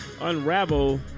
unravel